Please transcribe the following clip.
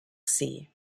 see